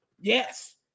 Yes